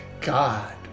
God